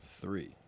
three